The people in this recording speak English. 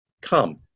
Come